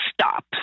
stop